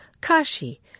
Kashi